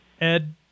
Ed